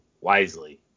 wisely